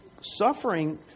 suffering